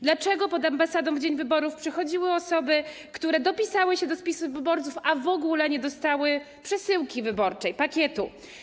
Dlaczego pod ambasadę w dzień wyborów przychodziły osoby, które dopisały się do spisu wyborców, ale w ogóle nie dostały przesyłki wyborczej, pakietu?